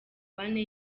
bane